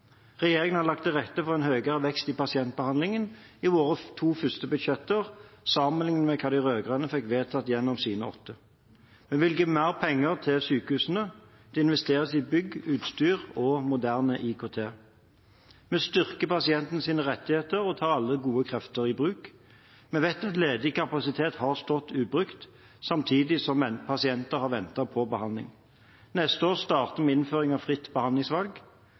Regjeringen har lagt til rette for en høyere vekst i pasientbehandlingen i sine to første budsjetter sammenliknet med hva de rød-grønne fikk vedtatt gjennom sine åtte. Vi bevilger mer penger til sykehusene. Det investeres i bygg, utstyr og moderne IKT. Vi styrker pasientens rettigheter og tar alle gode krefter i bruk. Vi vet at ledig kapasitet har stått ubrukt, samtidig som pasienter har ventet på behandling. Neste år starter innføringen av fritt behandlingsvalg.